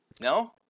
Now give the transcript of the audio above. no